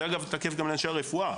זה אגב תקף גם לאנשי הרפואה,